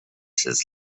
his